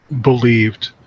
believed